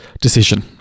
decision